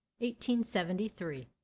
1873